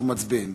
אנחנו מצביעים.